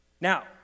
Now